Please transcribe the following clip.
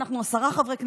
ואנחנו עשרה חברי כנסת.